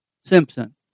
Simpson